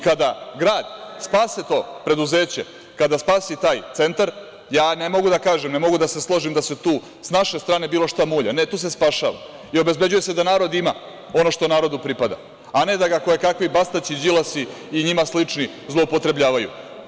Kada grad spase to preduzeće, kada spasi taj centar, ja ne mogu da kažem, ne mogu da se složim da se tu s naše strane bilo šta mulja, ne, tu se spašava i obezbeđuje se da narod ima ono što narodu pripada, a ne da ga kojekakvi Bastaći, Đilasi i njima slični zloupotrebljavaju.